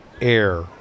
air